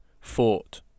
fought